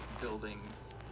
buildings